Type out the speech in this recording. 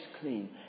clean